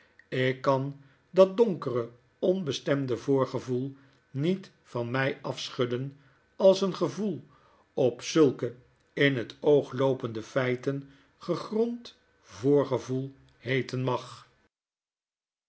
ik kan dat donkere onbestemde voorgevoel niet van my afschudden als een gevoel op zulke in het oog loopendefeitengegrond voorgevoel heeten mag